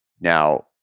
now